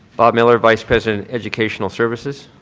bob miller, vice president of educational services.